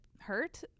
hurt